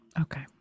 Okay